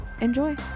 enjoy